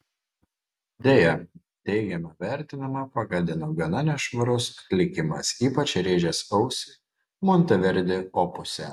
deja teigiamą vertinimą pagadino gana nešvarus atlikimas ypač rėžęs ausį monteverdi opuse